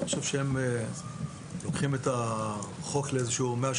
אני חושב שהם לוקחים את החוק ל-180